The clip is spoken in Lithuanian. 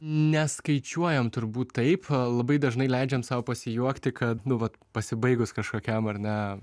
neskaičiuojam turbūt taip labai dažnai leidžiam sau pasijuokti kad nu vat pasibaigus kažkokiam ar ne